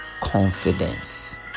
confidence